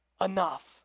enough